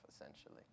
essentially